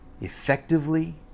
effectively